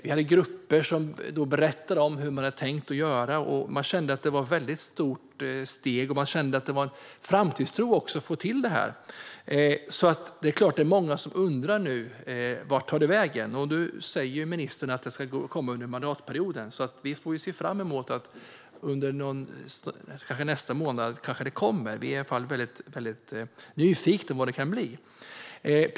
Vi bjöd in grupper som berättade hur de hade tänkt göra, och man kände att det hela var ett stort steg. Att få till det här skapade även framtidstro. Därför undrar många nu vart detta har tagit vägen. Ministern säger nu att det kommer under mandatperioden, så vi ser fram emot att det kanske kommer nästa månad. Vi är hur som helst väldigt nyfikna på vad det kommer att innebära.